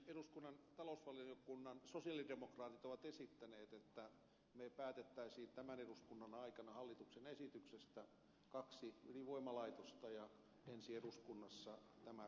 eduskunnan talousvaliokunnan sosialidemokraatit ovat esittäneet että me päättäisimme tämän eduskunnan aikana hallituksen esityksestä kaksi ydinvoimalaitosta ja ensi eduskunnassa tämän kolmannen